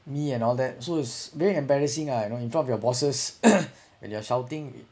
me and all that so it's very embarrassing ah you know in front of your bosses when you're shouting